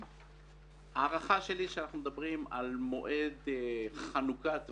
להערכתי אנחנו מדברים על מועד חנוכת בית,